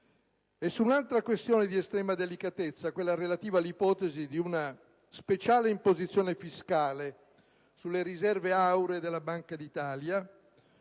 Su un'altra questione di estrema delicatezza, quella relativa all'ipotesi di una speciale imposizione fiscale sulle riserve auree della Banca d'Italia,